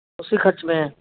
उसी ख़र्च में